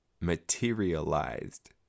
Materialized